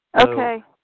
Okay